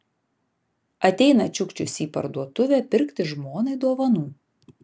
ateina čiukčius į parduotuvę pirkti žmonai dovanų